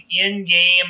in-game